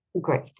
Great